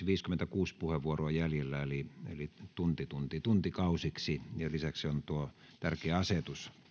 viisikymmentäkuusi puheenvuoroa jäljellä eli eli tunti tunti tuntikausiksi ja lisäksi on tuo tärkeä asetus